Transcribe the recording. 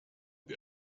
wir